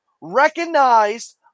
recognized